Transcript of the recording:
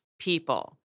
people